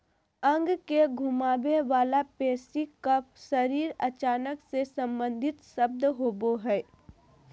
अंग के घुमावे वला पेशी कफ शरीर रचना से सम्बंधित शब्द होबो हइ